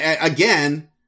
Again